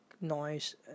noise